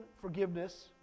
forgiveness